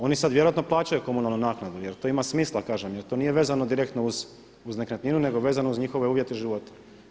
Oni vjerojatno sada plaćaju komunalnu naknadu jer to ima smisla kažem, jer to nije vezano direktno uz nekretninu nego je vezano uz njihove uvjete života.